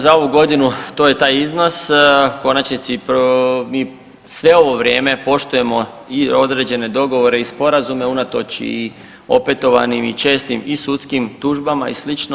Za ovu godinu to je taj iznos u konačnici mi sve ovo vrijeme poštujemo i određene dogovore i sporazume unatoč i opetovanim i čestim i sudskim tužbama i slično.